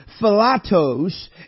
philatos